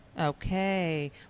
Okay